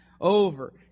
over